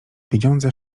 pieniądze